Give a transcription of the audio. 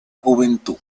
juventud